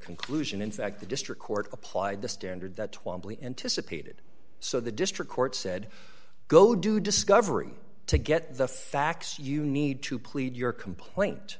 conclusion in fact the district court applied the standard that twamley anticipated so the district court said go do discovery to get the facts you need to plead your complaint